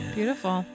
Beautiful